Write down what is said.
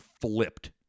flipped